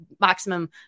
maximum